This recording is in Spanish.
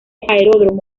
aeródromo